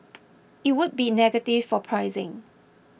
it would be negative for pricing